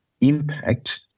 impact